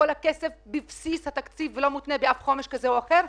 שכל הכסף יהיה בבסיס התקציב ולא מותנה באף תוכנית חומש כזו או אחרת,